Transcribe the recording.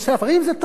ספרים זה טוב,